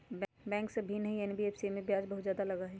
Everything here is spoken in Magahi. बैंक से भिन्न हई एन.बी.एफ.सी इमे ब्याज बहुत ज्यादा लगहई?